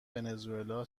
ونزوئلا